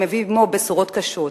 שמביא עמו בשורות קשות: